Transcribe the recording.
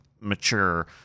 mature